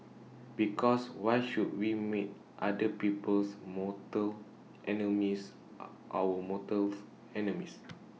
because why should we make other people's mortal enemies our mortals enemies